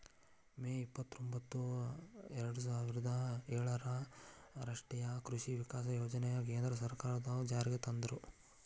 ಮೇ ಇಪ್ಪತ್ರೊಂಭತ್ತು ಎರ್ಡಸಾವಿರದ ಏಳರಾಗ ರಾಷ್ಟೇಯ ಕೃಷಿ ವಿಕಾಸ ಯೋಜನೆನ ಕೇಂದ್ರ ಸರ್ಕಾರದ್ವರು ಜಾರಿಗೆ ತಂದ್ರು